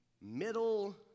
middle